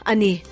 Ani